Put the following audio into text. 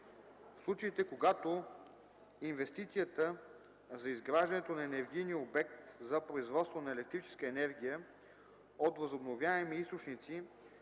В случаите, когато инвестицията за изграждането на енергийния обект за производство на електрическа енергия от възобновяеми източници